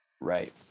Right